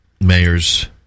Mayor's